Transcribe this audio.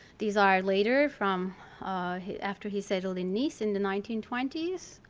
these are later from after he settled in nice in the nineteen twenty s.